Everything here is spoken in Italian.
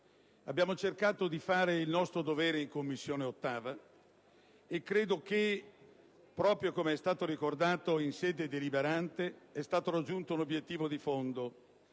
Abbiamo cercato di fare il nostro dovere in 8a Commissione e credo che - proprio come è stato ricordato in sede deliberante - sia stato raggiunto l'obiettivo di fondo: